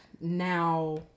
now